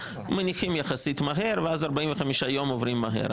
מניחים יחסית מהר ואז 45 יום עוברים מהר.